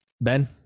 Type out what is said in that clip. Ben